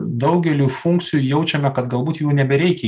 daugelių funkcijų jaučiame kad galbūt jų nebereikia